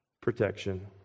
protection